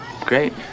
great